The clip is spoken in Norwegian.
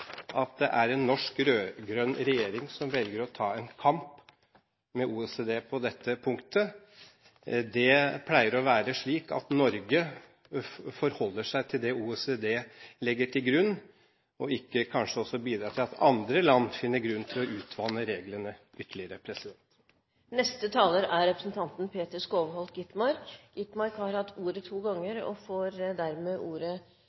at det er en norsk rød-grønn regjering som velger å ta en kamp med OECD på dette punktet. Det pleier å være slik at Norge forholder seg til det OECD legger til grunn, og ikke bidrar til at også andre land kanskje finner grunn til å utvanne reglene ytterligere. Representanten Skovholt Gitmark har hatt ordet to ganger og får ordet